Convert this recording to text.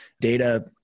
Data